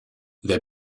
they